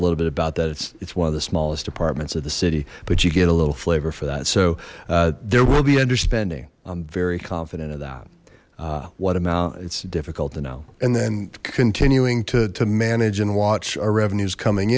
a little bit about that it's it's one of the smallest departments of the city but you get a little flavor for that so there will be underspending i'm very confident of that what amount it's difficult to know and then continuing to manage and watch our revenues coming